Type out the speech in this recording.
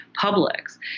publics